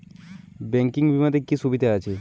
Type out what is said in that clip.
Banking বিমাতে কি কি সুবিধা আছে?